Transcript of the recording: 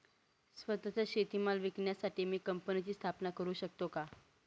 स्वत:चा शेतीमाल विकण्यासाठी मी कंपनीची स्थापना करु शकतो का?